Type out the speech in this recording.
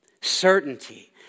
certainty